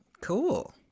Cool